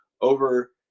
over